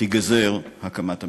תיגזר הקמת הממשלה,